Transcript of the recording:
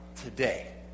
today